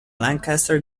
lancaster